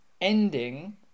ending